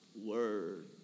word